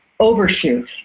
overshoot